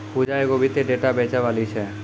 पूजा एगो वित्तीय डेटा बेचैबाली छै